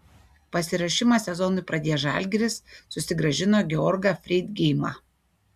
pasiruošimą sezonui pradėjęs žalgiris susigrąžino georgą freidgeimą